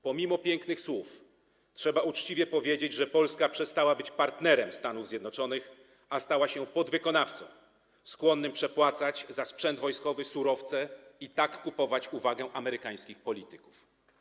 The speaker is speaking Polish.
Pomimo pięknych słów, trzeba uczciwie powiedzieć, że Polska przestała być partnerem Stanów Zjednoczonych, a stała się podwykonawcą skłonnym przepłacać za sprzęt wojskowy, surowce i tak kupować uwagę amerykańskich polityków.